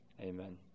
Amen